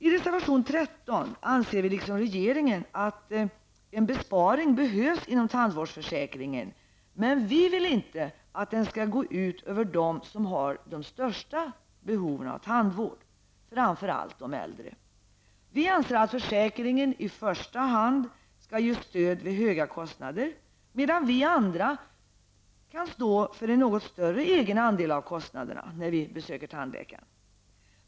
I reservation 13 anser vi liksom regeringen att en besparing behövs inom tandvårdsförsäkringen, men vi vill inte att den skall gå ut över dem som har de största behoven av tandvård, framför allt de äldre. Vi anser att försäkringen i första hand skall ge stöd vid höga kostnader, medan vi andra kan stå för något större egenandel av kostnaderna när vi besöker tandläkaren.